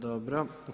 Dobro.